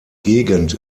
gegend